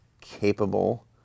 capable